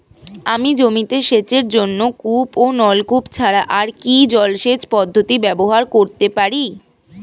আমি জমিতে সেচের জন্য কূপ ও নলকূপ ছাড়া আর কি জলসেচ পদ্ধতি ব্যবহার করতে পারি?